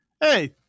Hey